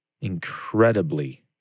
incredibly